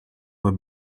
were